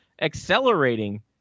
accelerating